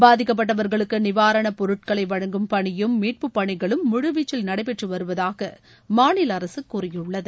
பாதிக்கப்பட்டவர்களுக்கு நிவாரண பொருட்களை வழங்கும் பணியும் மீட்பு பணிகளும் முழுவீச்சில் நடைபெற்று வருவதாக மாநில அரசு கூறியுள்ளது